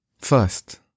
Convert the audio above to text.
first